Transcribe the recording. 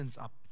up